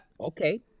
Okay